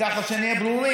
אז ככה כדי שנהיה ברורים,